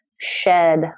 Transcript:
shed